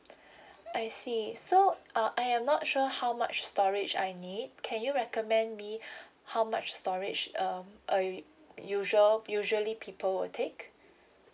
I see so uh I am not sure how much storage I need can you recommend me how much storage um uh usual usually people will take